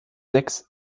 sechs